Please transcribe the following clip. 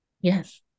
yes